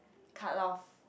cut off